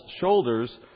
shoulders